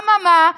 אממה,